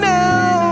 now